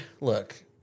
look